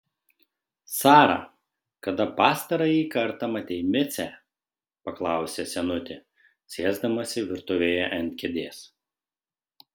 sara kada pastarąjį kartą matei micę paklausė senutė sėsdamasi virtuvėje ant kėdės